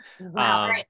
wow